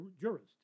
jurist